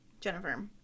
Jennifer